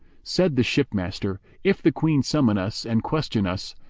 said the ship master, if the queen summon us and question us,